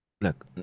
look